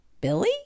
Billy